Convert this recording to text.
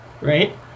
right